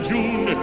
June